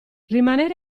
rimanere